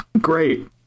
Great